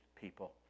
people